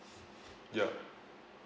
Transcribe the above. ya